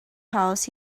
house